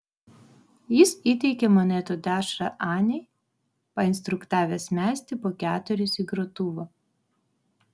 jis įteikė monetų dešrą anei painstruktavęs mesti po keturis į grotuvą